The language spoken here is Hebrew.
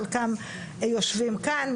חלקם יושבים כאן,